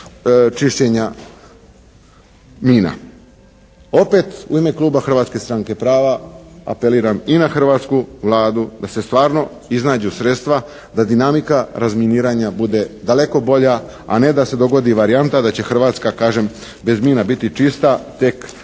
čišćenja mina. Opet u ime kluba Hrvatske stranke prava apeliram i na hrvatsku Vladu sa se stvarno iznađu sredstva, da dinamika razminiranja bude daleko bolja, a ne da se dogodi varijanta da će Hrvatska kažem bez mina biti čista tek